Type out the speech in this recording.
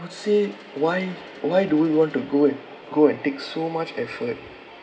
I would say why why do we want to go and go and take so much effort